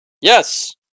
Yes